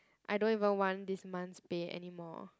I don't even want this month's pay anymore